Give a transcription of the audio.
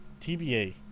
TBA